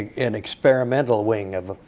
an experimental wing of